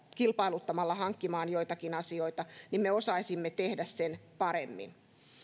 kilpailuttamalla hankkimaan joitakin asioita me osaisimme tehdä sen paremmin